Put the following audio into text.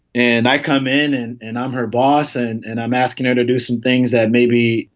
and i come in and and i'm her boss and and i'm asking her to do some things that maybe,